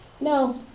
No